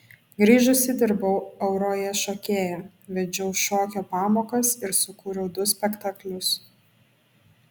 grįžusi dirbau auroje šokėja vedžiau šokio pamokas ir sukūriau du spektaklius